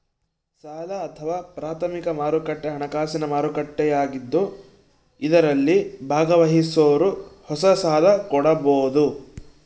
ಸಾಲ ಅಥವಾ ಪ್ರಾಥಮಿಕ ಮಾರುಕಟ್ಟೆ ಹಣಕಾಸಿನ ಮಾರುಕಟ್ಟೆಯಾಗಿದ್ದು ಇದರಲ್ಲಿ ಭಾಗವಹಿಸೋರು ಹೊಸ ಸಾಲ ಕೊಡಬೋದು